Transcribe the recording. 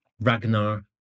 Ragnar